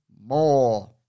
more